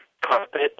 carpet